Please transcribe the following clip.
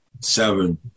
seven